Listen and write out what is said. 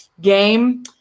game